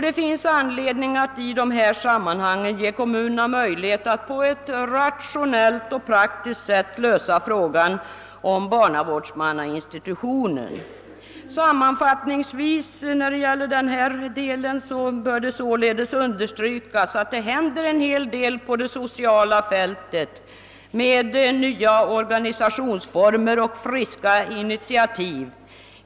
Det finns anledning att i dessa sammanhang ge kommunerna möjlighet att på ett rationellt och praktiskt sätt lösa frågan om barnavårdsmannainstitutionen. Sammanfattningsvis bör det i denna del således understrykas att det händer en hel del på det sociala fältet med nya organisationsformer och friska initiativ.